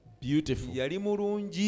beautiful